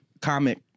comic